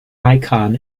icon